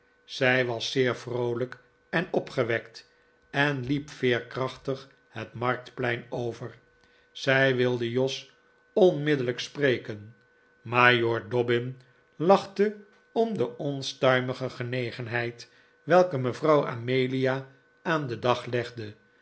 zij was zeer vroolijk en opgewekt en liep veerkrachtig het marktplein over zij wilde jos onmiddellijk spreken majoor dobbin lachte om de onstuimige genegenheid welke mevrouw amelia aan den dag legde